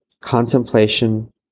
Contemplation